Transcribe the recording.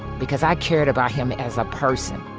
because i cared about him as a person